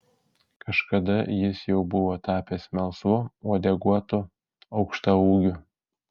kažkada jis jau buvo tapęs melsvu uodeguotu aukštaūgiu